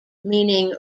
meaning